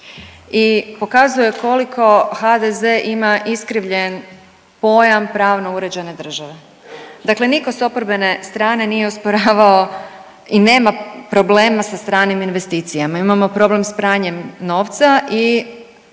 i pokazuje koliko HDZ ima iskrivljen pojam pravno uređene države. Dakle, nitko s oporbene strane nije osporavao i nema problema sa stranim investicijama. Imamo problem s pranjem novca i